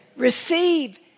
Receive